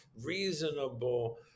reasonable